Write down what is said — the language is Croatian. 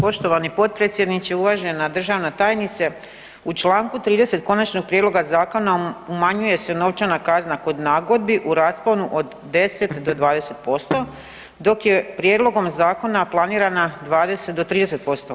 Poštovani potpredsjedniče, uvažena državna tajnice u Članku 30. konačnog prijedloga zakona umanjuje se novčana kazna kod nagodbi u rasponu od 10 do 20% dok je prijedlogom zakona planirana 20 do 30%